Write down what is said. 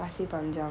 pasir panjang